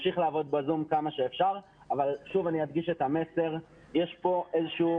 שוב אני אדגיש את המסר: יש פה איזושהי